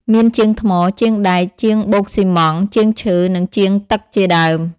មានជាងថ្ម ជាងដែក ជាងបូកស៊ីម៉ង់ត៍ ជាងឈើ និងជាងទឹកជាដើម។